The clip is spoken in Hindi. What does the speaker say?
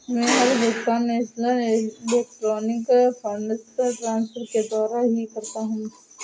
मै हर भुगतान नेशनल इलेक्ट्रॉनिक फंड्स ट्रान्सफर के द्वारा ही करता हूँ